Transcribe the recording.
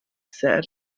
said